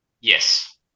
Yes